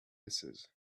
misses